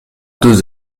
deux